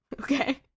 Okay